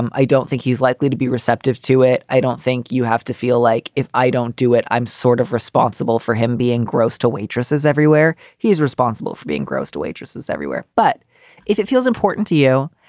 i don't think he's likely to be receptive to it. i don't think you have to feel like if i don't do it, i'm sort of responsible for him being gross to waitresses everywhere. he's responsible for being gross to waitresses everywhere. but if it feels important to you,